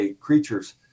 creatures